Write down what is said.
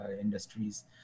industries